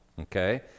okay